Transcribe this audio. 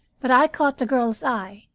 but i caught the girl's eye,